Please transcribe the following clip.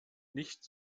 nicht